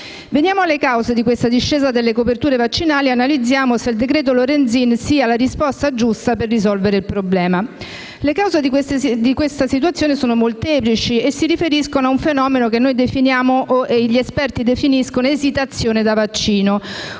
Veniamo alle cause di questo calo delle coperture vaccinali e analizziamo se il decreto-legge Lorenzin sia la risposta giusta per risolvere il problema. Le cause di questa situazione sono molteplici e si riferiscono a un fenomeno che noi definiamo e che gli esperti definiscono «esitazione da vaccino»,